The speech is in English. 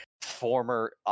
former